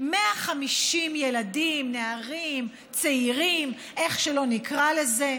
150 ילדים, נערים, צעירים, איך שלא נקרא לזה,